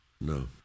No